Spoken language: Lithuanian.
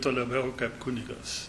tuo labiau kaip kunigas